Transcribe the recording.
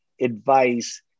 advice